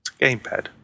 Gamepad